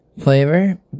Flavor